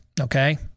Okay